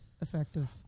effective